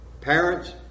Parents